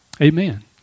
Amen